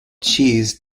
cheese